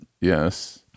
Yes